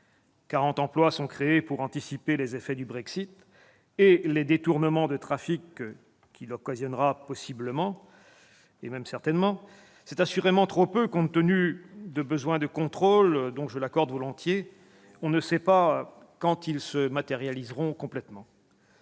40 emplois sont créés pour anticiper les effets du Brexit et les détournements de trafic qu'il occasionnera possiblement, et même certainement. C'est assurément trop peu compte tenu de besoins de contrôle dont, je l'accorde volontiers, on ne sait quand ils se matérialiseront complètement.